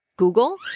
Google